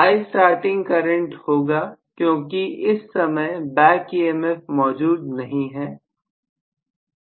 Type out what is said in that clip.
Istarting current होगा क्योंकि इस समय बैक emf मौजूद नहीं है